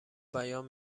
بیان